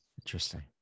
Interesting